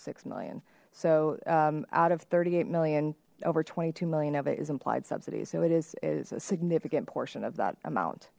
six million so out of thirty eight million over twenty two million of it is implied subsidies so it is is a significant portion of that amount